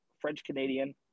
French-Canadian